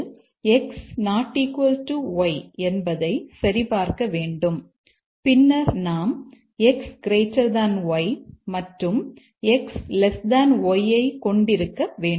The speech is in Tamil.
y என்பதை சரிபார்க்க வேண்டும் பின்னர் நாம் x y மற்றும் x y ஐ கொண்டிருக்க வேண்டும்